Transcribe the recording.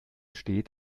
steht